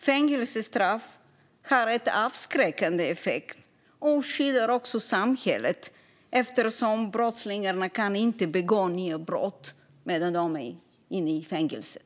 Fängelsestraff har en avskräckande effekt och skyddar också samhället, eftersom brottslingarna inte kan begå nya brott medan de är inne i fängelset.